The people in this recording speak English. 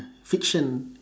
fiction